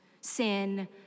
Sin